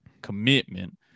commitment